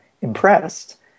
impressed